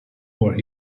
where